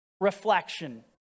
reflection